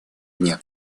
дня